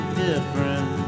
different